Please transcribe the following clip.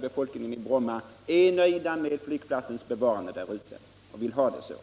befolkningen i Bromma är nöjd med flygplatsen och vill att den skall finnas kvar.